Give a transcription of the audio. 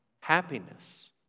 happiness